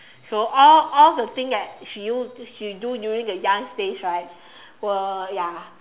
so all all the thing that she do she do during the young stage right will ya